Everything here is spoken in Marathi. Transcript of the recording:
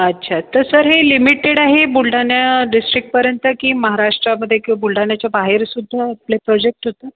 अच्छा तर सर हे लिमिटेड आहे बुलढाणा डिस्ट्रिक्टपर्यंत की महाराष्ट्रामध्ये किंवा बुलढाण्याच्या बाहेरसुद्धा आपलं प्रोजेक्ट होतं